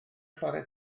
chwarae